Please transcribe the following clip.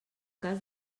cas